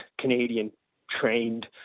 Canadian-trained